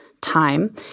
time